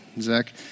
Zach